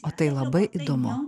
o tai labai įdomu